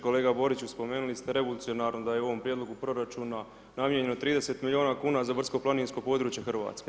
Kolega Borić, spomenuli ste revolucionarno da je u ovom prijedlogu proračuna namijenjeno 30 milijuna kuna za brdsko-planinsko područje Hrvatske.